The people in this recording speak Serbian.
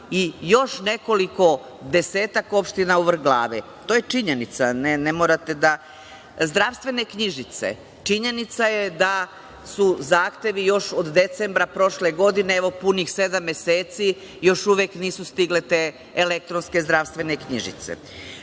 i još nekoliko, desetak opština u vrh glave. To je činjenica. Zdravstvene knjižice, činjenica je da su zahtevi još od decembra prošle godine, evo punih sedam meseci, još uvek nisu stigle te elektronske zdravstvene knjižice.U